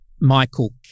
Michael